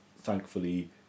thankfully